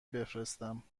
بفرستم